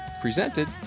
Presented